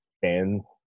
fans